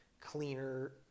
cleaner